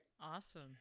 Awesome